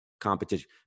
competition